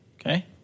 Okay